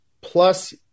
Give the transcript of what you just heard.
plus